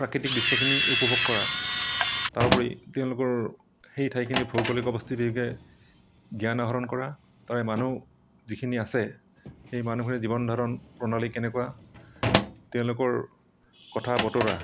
প্ৰাকৃতিক দৃশ্যখিনি উপভোগ কৰা তাৰোপৰি তেওঁলোকৰ সেই ঠাইখিনিৰ ভৌগোলিক অৱস্থিতিৰ বিষয়ে জ্ঞান আহৰণ কৰা তাৰে মানুহে যিখিনি আছে সেই মানুহৰ জীৱন ধাৰণ প্ৰণালী কেনেকুৱা তেওঁলোকৰ কথা বতৰা